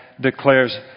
declares